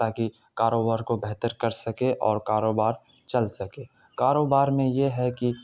تاکہ کاروبار کو بہتر کر سکے اور کاروبار چل سکے کاروبار میں یہ ہے کہ